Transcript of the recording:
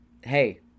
hey